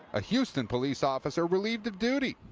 a houston police officer relieved of duty.